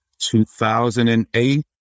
2008